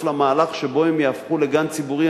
למהלך שבו הגנים שלהן יהפכו לגן ציבורי,